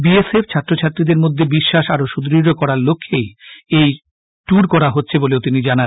B S F ছাত্রছাত্রীদের মধ্যে বিশ্বাস আরও সুদৃঢ় করার লক্ষ্যেই এই ট্যুর করা হচ্ছে বলেও তিনি জানান